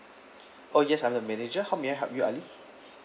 oh yes I'm the manager how may I help you ali